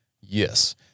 yes